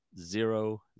zero